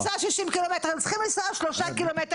איך לנסוע 60 ק"מ, הם צריכים לנסוע שלושה ק"מ.